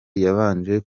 yabanje